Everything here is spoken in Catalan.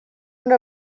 una